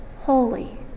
holy